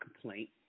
complaint